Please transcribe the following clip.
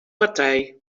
partij